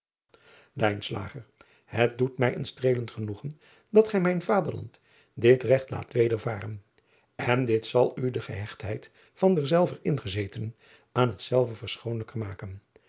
et doet mij een streelend genoegen dat gij mijn vaderland dit regt laat wedervaren en dit zal u de gehechtheid van derzelver ingezetenen aan hetzelve verschoonlijker maken